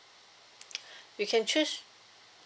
you can choose